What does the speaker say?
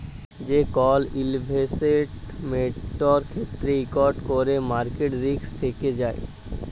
যে কল ইলভেসেটমেল্টের ক্ষেত্রে ইকট ক্যরে মার্কেট রিস্ক থ্যাকে যায়